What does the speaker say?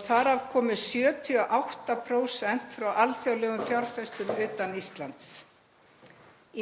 Þar af komu 78% frá alþjóðlegum fjárfestum utan Íslands.